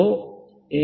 O A